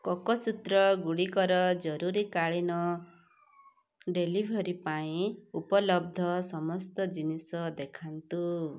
କୋକୋସୂତ୍ରଗୁଡ଼ିକର ଜରୁରୀକାଳୀନ ଡେଲିଭରି ପାଇଁ ଉପଲବ୍ଧ ସମସ୍ତ ଜିନିଷ ଦେଖାନ୍ତୁ